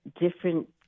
different